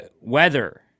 Weather